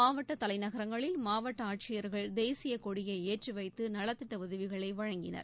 மாவட்ட தலைநகரங்களில் மாவட்ட ஆட்சியர்கள் தேசிய கொடியை ஏற்றிவைத்து நலத்திட்ட உதவிகளை வழங்கினர்